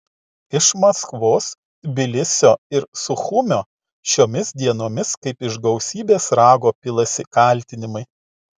iš maskvos tbilisio ir suchumio šiomis dienomis kaip iš gausybės rago pilasi kaltinimai